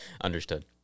Understood